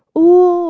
oh